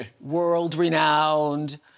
world-renowned